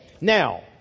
Now